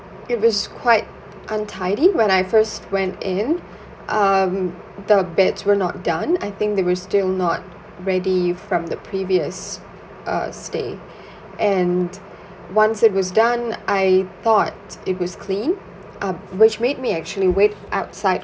it was quite untidy when I first went in um the beds were not done I think they were still not ready from the previous uh stay and once it was done I thought it was clean up which made me actually wait outside